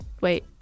wait